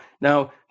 Now